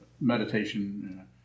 meditation